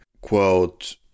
quote